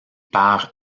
par